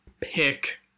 pick